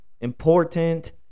important